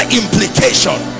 implication